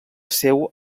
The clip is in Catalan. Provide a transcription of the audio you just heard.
seu